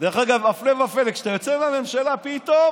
דרך אגב, הפלא ופלא, כשאתה יוצא מהממשלה, פתאום